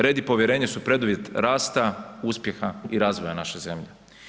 Red i povjerenje su preduvjeti rasta, uspjeha i razvoja naše zemlje.